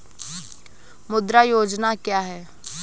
मुद्रा योजना क्या है?